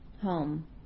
home